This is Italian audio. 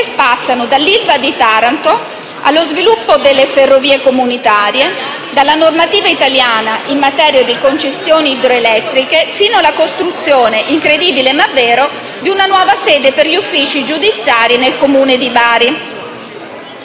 spaziano dall'ILVA di Taranto allo sviluppo delle ferrovie comunitarie, dalla normativa italiana in materia di concessioni idroelettriche fino alla costruzione - incredibile, ma vero - di una nuova sede per gli uffici giudiziari nel Comune di Bari.